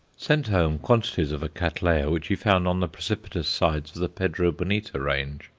sent home quantities of a cattleya which he found on the precipitous sides of the pedro bonita range,